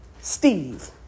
Steve